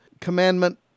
Commandment